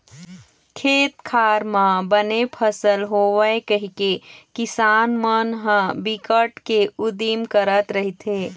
खेत खार म बने फसल होवय कहिके किसान मन ह बिकट के उदिम करत रहिथे